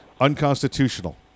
unconstitutional